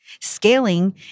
Scaling